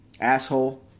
asshole